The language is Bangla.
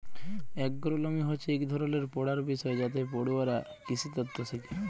এগ্রোলমি হছে ইক ধরলের পড়ার বিষয় যাতে পড়ুয়ারা কিসিতত্ত শিখে